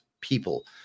people